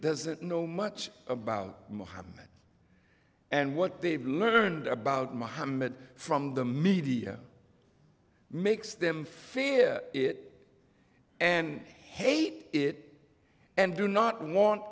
doesn't know much about mohammed and what they learned about mohammed from the media makes them fear it and hate it and do not want